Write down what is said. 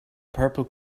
purple